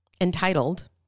entitled